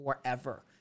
forever